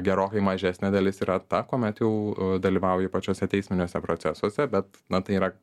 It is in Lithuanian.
gerokai mažesnė dalis yra ta kuomet jau dalyvauja pačiuose teisminiuose procesuose bet na tai yra